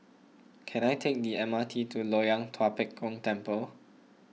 can I take the M R T to Loyang Tua Pek Kong Temple